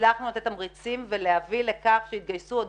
והצלחנו לתת תמריצים ולהביא לכך שיתגייסו עוד